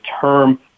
term